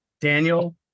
Daniel